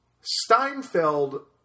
Steinfeld